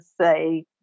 say